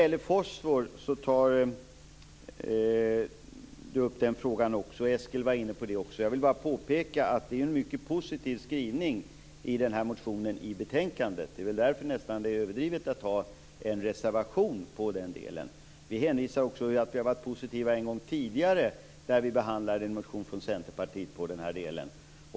Jonas tar upp frågan om fosfor, och Eskil var också inne på den. Jag vill bara påpeka att det är en mycket positiv skrivning till motionen i betänkandet. Därför är det nästan överdrivet att ha en reservation på den delen. Vi hänvisar också till att vi har varit positiva en gång tidigare när vi behandlade en motion från Centerpartiet i den här delen.